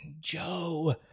Joe